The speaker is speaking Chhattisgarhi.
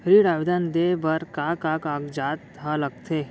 ऋण आवेदन दे बर का का कागजात ह लगथे?